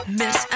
miss